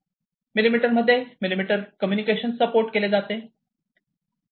millimetre द्वारे millimetre communication support केले जाते